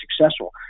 successful